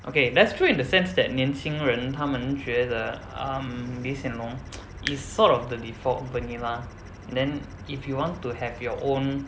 okay that's true in the sense that 年轻人他们觉得 um lee hsien loong is sort of the default opinion mah then if you want to have your own